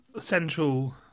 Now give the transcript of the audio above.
central